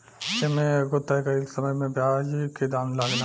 ए में एगो तय कइल समय पर ब्याज के दाम लागेला